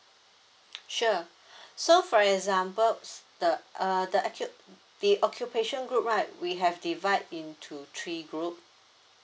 sure so for example the uh the accu~ the occupation group right we have divide into three group